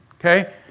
okay